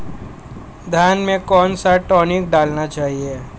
धान में कौन सा टॉनिक डालना चाहिए?